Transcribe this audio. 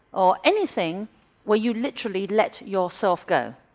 or anything where you literally let yourself go.